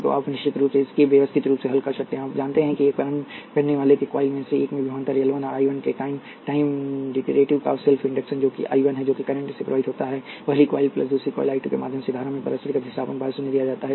तो आप निश्चित रूप से इसके लिए व्यवस्थित रूप से हल कर सकते हैं आप जानते हैं कि एक प्रारंभ करनेवाला के कॉइल में से एक में विभवांतर L 1 है I 1 के कॉइल टाइम डेरिवेटिव का सेल्फ इंडक्शन जो कि I 1 है जो कि करंट से प्रवाहित होता है पहली कॉइल प्लस दूसरी कॉइल I 2 के माध्यम से धारा में पारस्परिक अधिष्ठापन बार शून्य दिया जाना है